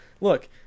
look